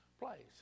place